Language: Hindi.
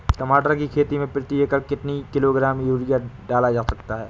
टमाटर की खेती में प्रति एकड़ कितनी किलो ग्राम यूरिया डाला जा सकता है?